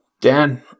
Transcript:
Dan